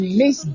miss